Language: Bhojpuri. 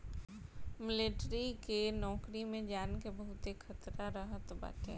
मलेटरी के नोकरी में जान के बहुते खतरा रहत बाटे